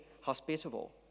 hospitable